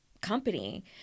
company